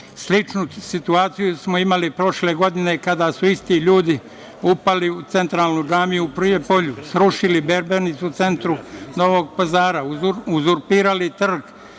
situaciju smo imali prošle godine kada su isti ljudi upali u centralnu džamiju u Prijepolju, srušili berbernicu u centru Novog Pazara, uzurpirali trg